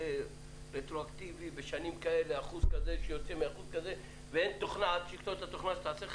לפעמים, גם אם לאחר החישוב